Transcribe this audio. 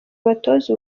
abatoza